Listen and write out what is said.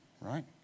right